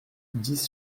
dix